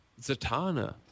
Zatanna